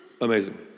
amazing